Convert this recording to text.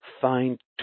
find